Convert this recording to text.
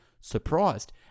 Surprised